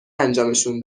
انجامشون